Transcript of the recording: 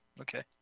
Okay